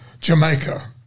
Jamaica